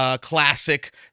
classic